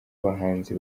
abahanzi